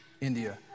India